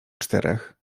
czterech